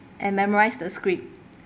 and memorised the script